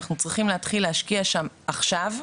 אנחנו צריכים להתחיל להשקיע שם עכשיו.